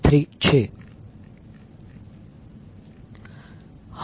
353 છે